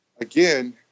again